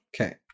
Okay